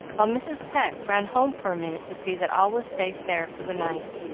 while mrs. pecq ran home for a minute to see that all was safe there for the night.